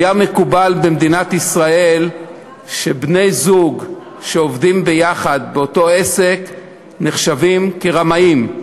היה מקובל במדינת ישראל שבני-זוג שעובדים יחד באותו עסק נחשבים כרמאים.